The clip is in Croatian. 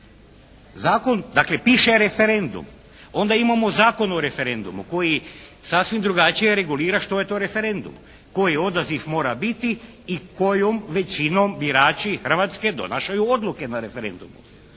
Zakon, dakle piše referendum. Onda imamo Zakon o referendumu koji sasvim drugačije regulira što je to referendum. Koji odaziv mora biti i kojom većinom birači Hrvatske donošaju odluke na referendumu.